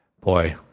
boy